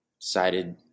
decided